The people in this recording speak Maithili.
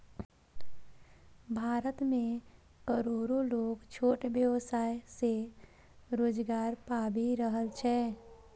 भारत मे करोड़ो लोग छोट व्यवसाय सं रोजगार पाबि रहल छै